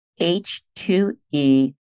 H2E